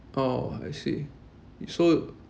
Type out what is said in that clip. oh I see so